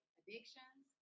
addictions